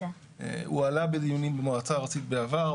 הוא עלה בדיונים במועצה הארצית בעבר,